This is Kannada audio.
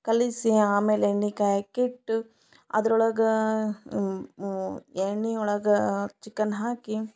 ಕಲಸಿ ಆಮೇಲಲೆ ಎಣ್ಣೆ ಕಾಯಕಿಟ್ಟು ಅದ್ರೊಳಗೆ ಎಣ್ಣೆ ಒಳಗೆ ಚಿಕನ್ ಹಾಕಿ